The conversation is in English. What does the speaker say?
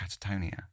catatonia